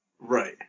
Right